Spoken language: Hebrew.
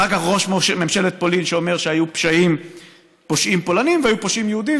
אחר כך ראש ממשלת פולין אומר שהיו פושעים פולנים והיו פושעים יהודים,